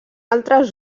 altres